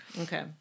Okay